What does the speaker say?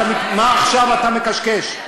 מה אתה עכשיו מקשקש?